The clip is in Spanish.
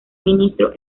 ministro